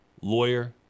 lawyer